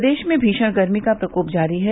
प्रदेश में भीषण गर्मी का प्रकोप जारी है